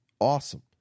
awesome